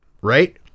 Right